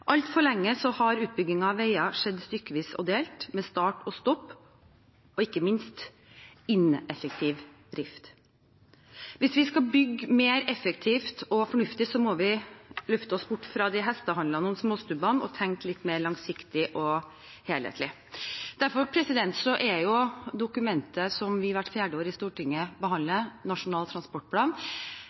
Altfor lenge har utbygging av veier skjedd stykkevis og delt – med start og stopp og, ikke minst, ineffektiv drift. Hvis vi skal bygge mer effektivt og fornuftig, må vi løfte oss bort fra hestehandlene og småstubbene og tenke litt mer langsiktig og helhetlig. Derfor er dokumentet som vi hvert fjerde år behandler i Stortinget, Nasjonal transportplan,